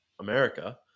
America